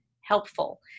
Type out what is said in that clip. helpful